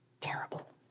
terrible